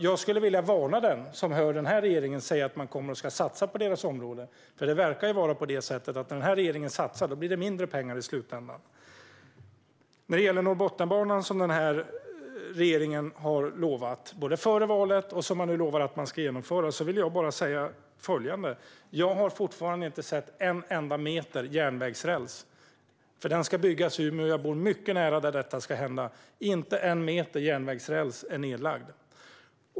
Jag skulle vilja varna dem som hör den här regeringen säga att man kommer att satsa på deras områden, för det verkar vara på det sättet att när den här regeringen satsar blir det mindre pengar i slutändan. När det gäller Norrbotniabanan, som den här regeringen har utlovat före valet och nu lovar att man ska genomföra, vill jag bara säga följande: Jag har fortfarande inte sett en enda meter järnvägsräls. Den ska byggas i Umeå, och jag bor mycket nära där det ska hända. Inte en meter järnvägsräls är lagd.